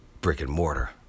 brick-and-mortar